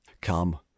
Come